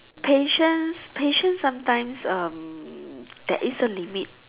patience patience sometimes um there is a limit